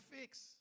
fix